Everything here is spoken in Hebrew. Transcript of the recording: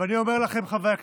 ואני אומר לכם, חברי הכנסת,